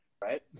right